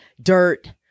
dirt